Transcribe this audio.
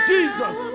Jesus